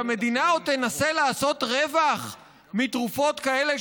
שהמדינה עוד תנסה לעשות רווח מתרופות כאלה,